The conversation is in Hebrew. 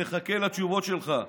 עם ישראל מחכה לתשובות שלך,